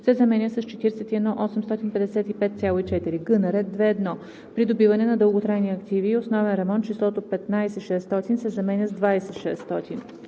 се заменя с „41 855,4“. г) на ред 2.1. „Придобиване на дълготрайни активи и основен ремонт“ числото „15 600,0“. се заменя с „20